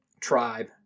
tribe